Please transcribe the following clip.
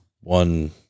One